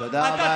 אתה תוחלף,